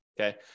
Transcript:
okay